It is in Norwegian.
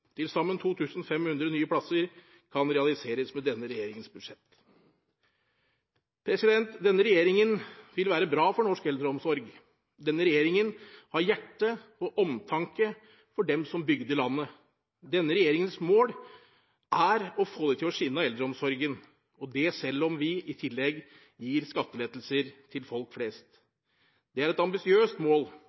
Til sammen 2 500 nye plasser kan realiseres med denne regjeringens budsjett. Denne regjeringen vil være bra for norsk eldreomsorg. Denne regjeringen har hjerte og omtanke for dem som bygde landet. Denne regjeringens mål er å få det til å skinne av eldreomsorgen, selv om vi i tillegg gir skattelettelser til folk flest. Det er et ambisiøst mål,